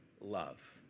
love